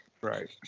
Right